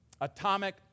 atomic